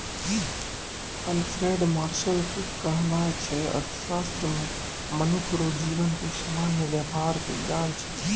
Alfred Marshall के कहनाय छै अर्थशास्त्र मनुख रो जीवन के सामान्य वेपार के ज्ञान छिकै